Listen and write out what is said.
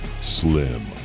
Slim